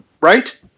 right